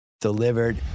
delivered